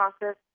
process